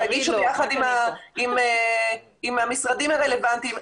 -- שיגישו ביחד עם המשרדים הרלוונטיים,